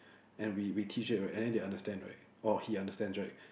and we we teach it right and then they understand right or he understands right